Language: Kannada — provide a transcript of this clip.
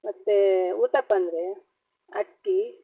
ಮತ್ತು ಉತ್ತಪ್ಪ ಅಂದರೆ ಅಕ್ಕಿ